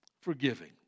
forgiving